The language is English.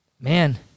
Man